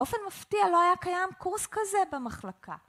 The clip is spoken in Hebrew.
באופן מפתיע לא היה קיים קורס כזה במחלקה.